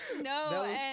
No